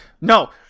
No